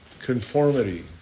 conformity